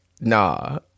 nah